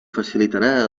facilitarà